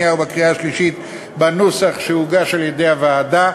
השנייה ובקריאה השלישית בנוסח שהוגש על-ידי הוועדה,